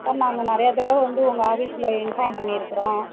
sir நாங்கள் நிறையா தடவை வந்து உங்கள் ஆஃபிஸில் இன்ஃபார்ம் பண்ணிருக்கிறோம்